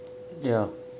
yeah